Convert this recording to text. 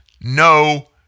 no